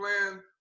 plan